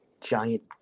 giant